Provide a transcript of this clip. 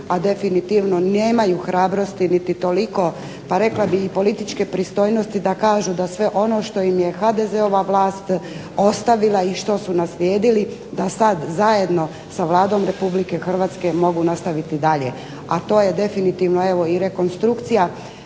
a definitivno nemaju hrabrosti niti toliko pa rekla bih i političke pristojnosti da kažu da sve ono što im je HDZ-ova vlast ostavila i što su naslijedili da sad zajedno sa Vladom Republike Hrvatske mogu nastaviti dalje, a to je definitivno evo i rekonstrukcija